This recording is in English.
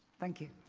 thank you.